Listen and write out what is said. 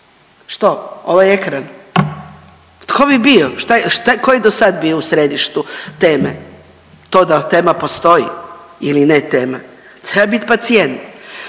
Što ovaj ekran? Tko bi bio, tko je do sad bio u središtu teme? To da tema postoji ili ne tema? treba bit pacijent.